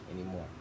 anymore